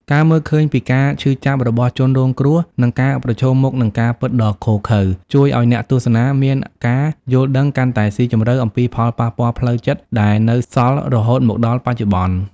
ការមើលឃើញពីការឈឺចាប់របស់ជនរងគ្រោះ និងការប្រឈមមុខនឹងការពិតដ៏ឃោរឃៅ ជួយឲ្យអ្នកទស្សនាមានការយល់ដឹងកាន់តែស៊ីជម្រៅអំពីផលប៉ះពាល់ផ្លូវចិត្តដែលនៅសល់រហូតមកដល់បច្ចុប្បន្ន។